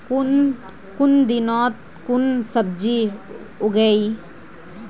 कुन दिनोत कुन सब्जी उगेई?